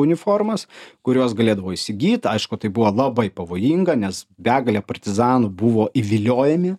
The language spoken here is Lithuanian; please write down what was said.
uniformas kuriuos galėdavo įsigyt aišku tai buvo labai pavojinga nes begalė partizanų buvo įviliojami